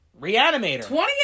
Reanimator